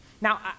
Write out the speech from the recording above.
Now